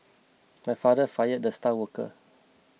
my father fired the star worker